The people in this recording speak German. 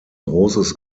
großes